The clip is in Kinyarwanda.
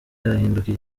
yahinduka